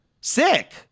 sick